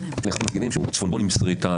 אמר על אחד המפגינים שהוא צפונבון עם שריטה,